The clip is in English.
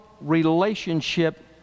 relationship